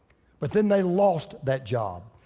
but then they lost that job.